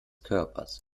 körpers